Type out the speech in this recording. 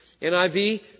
NIV